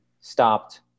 stopped